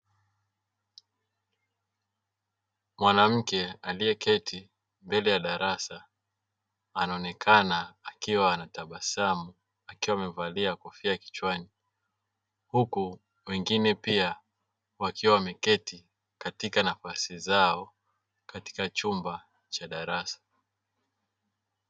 Mwanamke aliyeketi mbele ya darasa anaonekana akiwa anatabasamu akiwa amevalia kofia kichwani, huku wengine pia wakiwa wameketi katika nafasi zao katika chumba cha darasa.